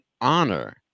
honor